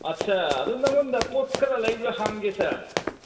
ꯑꯠꯆꯥ ꯑꯗꯨ ꯅꯉꯣꯟꯗ ꯄꯣꯠ ꯈꯔ ꯂꯩꯕ꯭ꯔꯥ ꯍꯧꯒꯦ ꯁꯥꯔ